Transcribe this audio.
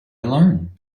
alone